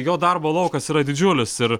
jo darbo laukas yra didžiulis ir